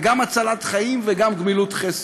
זו גם הצלת חיים יחד וגם גמילות חסד.